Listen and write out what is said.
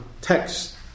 text